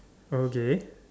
okay